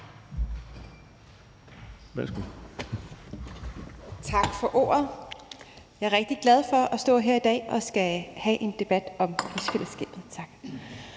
Tak for ordet. Jeg er rigtig glad for at stå her i dag og skulle have en debat om rigsfællesskabet. For